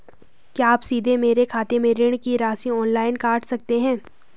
क्या आप सीधे मेरे खाते से ऋण की राशि ऑनलाइन काट सकते हैं?